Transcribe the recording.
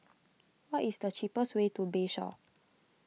what is the cheapest way to Bayshore